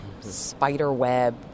spider-web